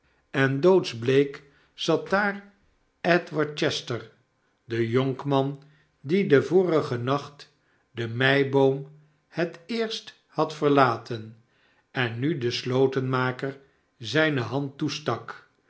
en doodsbleek zat daar edward chester de jonkman die den vorigen nacht de m e i b o o m het eerst had verlaten en nu den slotenmaker zijne hand toestak